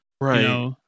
Right